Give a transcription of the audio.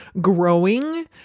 growing